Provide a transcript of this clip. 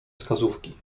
wskazówki